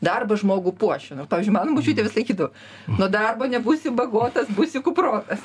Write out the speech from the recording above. darbas žmogų puošia nors pavyzdžiui mano močiutė sakydavo nuo darbo nebūsi bagotas būsi kuprotas